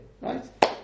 right